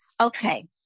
Okay